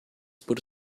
por